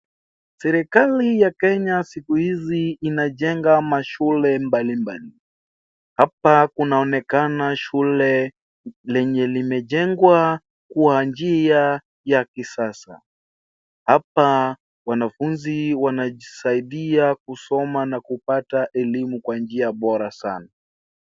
Serikali ya Kenya siku hizi inajenga mashule mbalimbali, hapa kunaonekana shule lenye limejengwa kwa njia ya kisasa, hapa wanafunzi wanajisaidia kusoma na kupata elimu kwa njia bora sana.